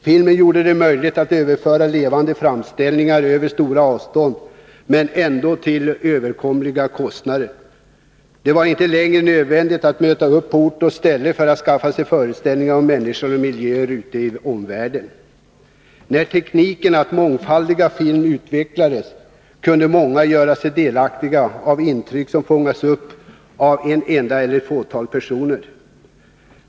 Filmen gjorde det möjligt att överföra levande framställningar över stora avstånd men ändå till överkomliga kostnader. Det var inte längre lika nödvändigt att möta upp på ort och ställe för att skaffa sig föreställningar om människor och miljöer ute i världen. När tekniken att mångfaldiga film utvecklats kunde många göras delaktiga av de intryck som fångats upp av en enda eller ett fåtal personer.